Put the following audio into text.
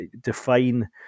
Define